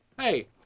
Hey